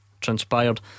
transpired